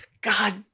God